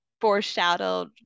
foreshadowed